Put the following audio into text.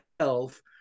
self